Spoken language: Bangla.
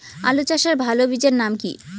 আলু চাষের ভালো বীজের নাম কি?